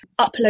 upload